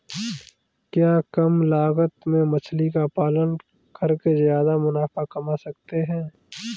क्या कम लागत में मछली का पालन करके ज्यादा मुनाफा कमा सकते हैं?